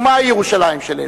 מהי ירושלים של אמצע?